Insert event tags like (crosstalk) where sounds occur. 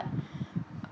(breath)